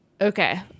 okay